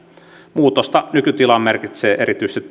muutosta nykytilaan merkitsee erityisesti